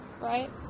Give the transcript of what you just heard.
right